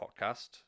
Podcast